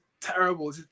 terrible